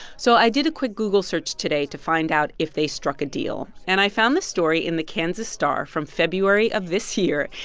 so i did a quick google search today to find out if they struck a deal, and i found this story in the kansas star from february of this year.